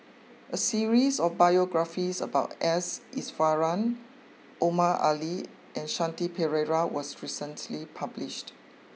a series of biographies about S Iswaran Omar Ali and Shanti Pereira was recently published